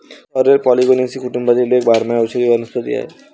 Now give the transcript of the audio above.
sorrel Polygonaceae कुटुंबातील एक बारमाही औषधी वनस्पती आहे